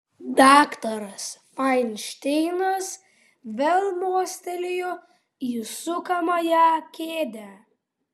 daktaras fainšteinas vėl mostelėjo į sukamąją kėdę